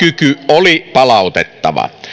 oli palautettava